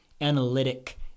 analytic